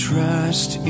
Trust